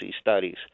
Studies